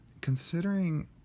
considering